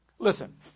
listen